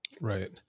Right